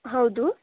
ಹೌದು